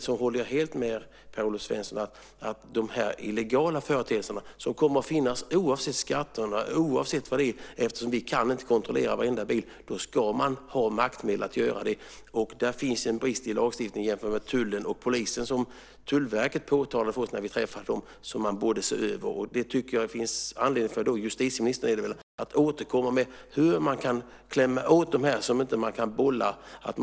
Jag håller helt med Per-Olof Svensson att när det gäller de illegala företeelserna, som kommer att finnas oavsett skatterna eftersom vi inte kan kontrollera varje bil, ska man ha maktmedel att göra det. Där finns en brist i lagstiftningen jämfört med tullen och polisen, som Tullverket påtalade för oss när vi träffade dem, som man borde se över. Jag tycker att det finns anledning för justitieministern att återkomma om hur man kan klämma åt dem så att man inte kan bolla runt.